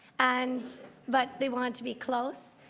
and but they wanted to be close.